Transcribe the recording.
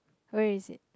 where is it